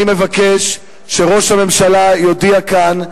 אני מבקש שראש הממשלה יודיע כאן,